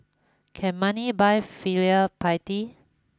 can money buy filial piety